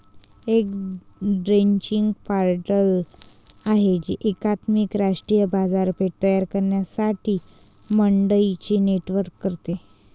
एक trading portal आहे जे एकात्मिक राष्ट्रीय बाजारपेठ तयार करण्यासाठी मंडईंचे नेटवर्क करते